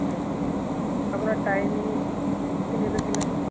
ਹਾਂਜੀ ਆਪਣਾ ਟਾਈਮ ਜੀ ਕਿੰਨੇ ਤੋਂ ਕਿੰਨਾ ਜੀ